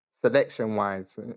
selection-wise